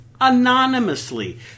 anonymously